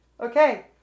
Okay